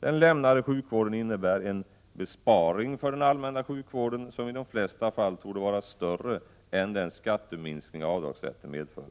Den lämnade sjukvården innebär en besparing för den allmänna sjukvården som i de flesta fall torde vara större än den skatteminskning avdragsrätten medför.